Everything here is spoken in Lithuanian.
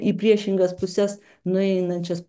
į priešingas puses nueinančias